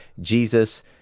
Jesus